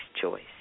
choice